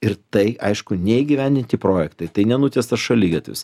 ir tai aišku neįgyvendinti projektai tai nenutiestas šaligatvis